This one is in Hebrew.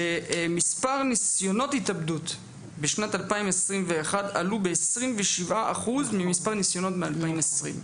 שמספר ניסיונות התאבדות בשנת 2021 עלו ב-27% ממספר הניסיונות ב-2020.